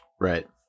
Right